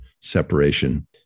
separation